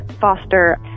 foster